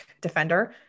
defender